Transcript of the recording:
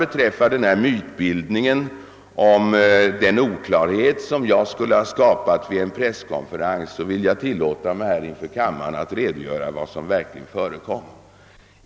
Med anledning av mytbildningen om den oklarhet som jag skulle ha skapat vid en presskonferens vill jag tillåta mig att inför kammaren redogöra för vad som verkligen förekom.